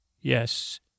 Yes